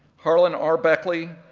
harlan r. beckley,